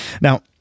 Now